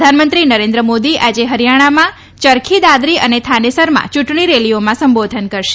પ્રધાનમંત્રી નરેન્દ્ર મોદી આજે હરિયામાનાં ચરખી દાદરી અને થાનેસરમાં યૂંટણી રેલીઓમાં સંબોધન કરશે